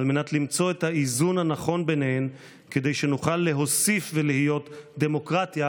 על מנת למצוא את האיזון הנכון ביניהן כדי שנוכל להוסיף ולהיות דמוקרטיה,